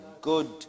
good